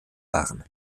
waren